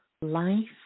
life